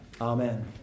Amen